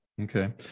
Okay